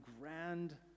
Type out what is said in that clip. grand